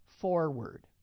forward